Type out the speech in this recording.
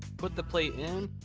put the plate in,